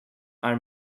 are